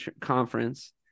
Conference